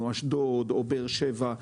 אשדוד או באר שבע,